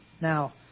Now